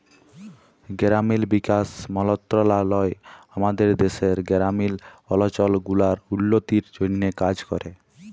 গেরামিল বিকাশ মলত্রলালয় আমাদের দ্যাশের গেরামিল অলচল গুলার উল্ল্য তির জ্যনহে কাজ ক্যরে